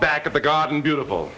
back at the garden beautiful